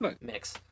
mix